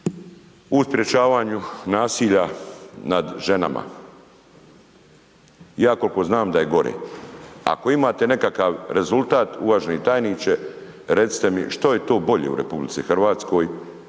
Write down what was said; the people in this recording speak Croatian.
u sprečavanju nasilja nad ženama? Ja koliko znam da je gore. Ako imate nekakav rezultat uvaženi tajniče recite mi što je to bolje u RH po pitanju